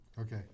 Okay